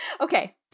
Okay